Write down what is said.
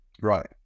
Right